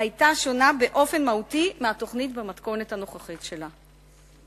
היתה שונה באופן מהותי מהתוכנית במתכונת הנוכחית שלה.